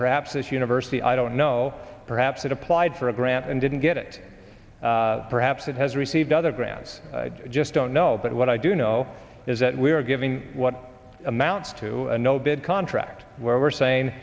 perhaps this university i don't know perhaps that applied for a grant and didn't get it perhaps it has received other grants just don't know but what i do know is that we are giving what amounts to a no bid contract where we're saying